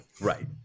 Right